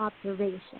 observation